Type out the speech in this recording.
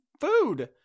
food